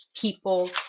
people